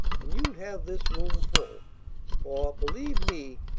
and you'd have this room full for, believe me,